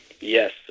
Yes